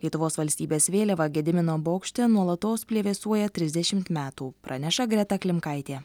lietuvos valstybės vėliava gedimino bokšte nuolatos plevėsuoja trisdešimt metų praneša greta klimkaitė